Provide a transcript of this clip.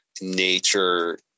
nature